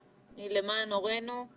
'למען הורינו',